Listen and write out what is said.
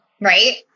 right